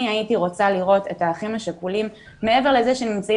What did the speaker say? אני הייתי רוצה לראות את האחים השכולים מעבר לזה שהם נמצאים